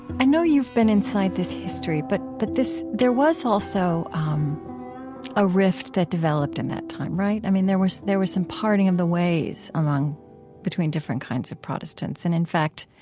i know you've been inside this history, but but there was also a rift that developed in that time, right? i mean, there was there was some parting of the ways among between different kinds of protestants and, in fact,